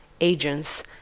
agents